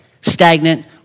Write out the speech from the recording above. stagnant